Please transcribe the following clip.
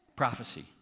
Prophecy